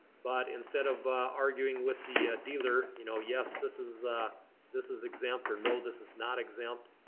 but instead of arguing with the dealer you know yes this is this is exempt or no this is not exempt,